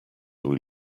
will